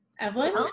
Evelyn